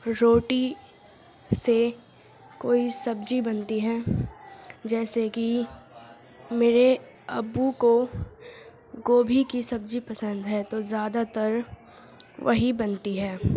روٹی سے کوئی سبزی بنتی ہے جیسے کہ میرے ابو کو گوبھی کی سبزی پسند ہے تو زیادہ تر وہی بنتی ہے